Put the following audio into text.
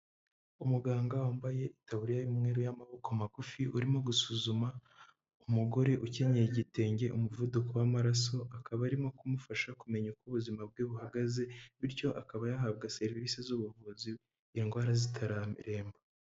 Umuganga wambaye itaburiya y'umweru y'amaboko magufi, urimo gusuzuma umugore ukenyeye igitenge umuvuduko w'amaraso, akaba arimo kumufasha kumenya uko ubuzima bwe buhagaze bityo akaba yahabwa serivisi z'ubuvuzi indwara zitararemba.